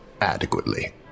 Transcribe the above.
adequately